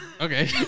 Okay